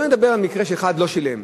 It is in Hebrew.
לא נדבר על מקרה שאחד לא שילם,